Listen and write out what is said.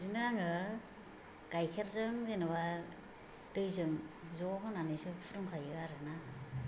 बिदिनो आंङो गाइखेरजों जेनोबा दैजों ज' होनानैसो फुदुंखायो आरोना